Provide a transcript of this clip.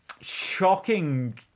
shocking